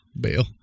Bill